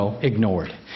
ignored